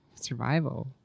Survival